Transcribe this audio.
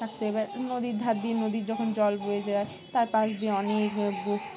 থাকতে এবার নদীর ধার দিয়ে নদীর যখন জল বয়ে যায় তার পাশ দিয়ে অনেক